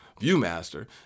Viewmaster